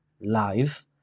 live